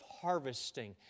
harvesting